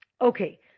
Okay